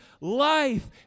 life